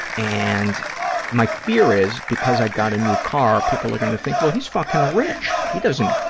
and my fear is, because i got a new car, people are going to think, well, he's fucking rich, he doesn't,